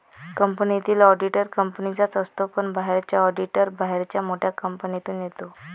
कंपनीतील ऑडिटर कंपनीचाच असतो पण बाहेरचा ऑडिटर बाहेरच्या मोठ्या कंपनीतून येतो